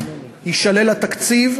יישלל התקציב,